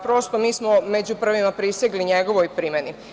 Prosto, mi smo među prvima prisegli njegovoj primeni.